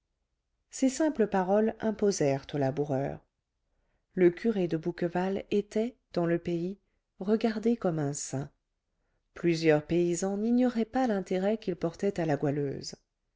ces simples paroles imposèrent aux laboureurs le curé de bouqueval était dans le pays regardé comme un saint plusieurs paysans n'ignoraient pas l'intérêt qu'il portait à la goualeuse